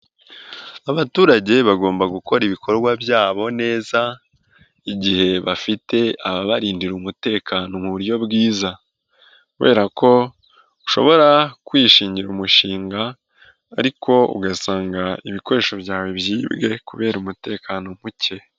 Abaturage bagomba gukora ibikorwa byabo neza igihe bafite ababarindira umutekano mu buryo bwiza, kubera ko ushobora kwishingira umushinga ariko ugasanga ibikoresho byawe byibwe kubera umutekano muke.